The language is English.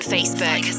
Facebook